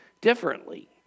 differently